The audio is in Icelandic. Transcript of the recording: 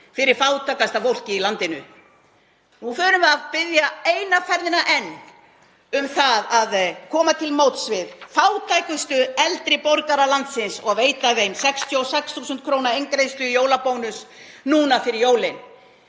fyrir fátækasta fólkið í landinu. Nú förum við að biðja eina ferðina enn um það að koma til móts við fátækustu eldri borgara landsins og veita þeim 66.000 kr. eingreiðslu í jólabónus núna fyrir jólin.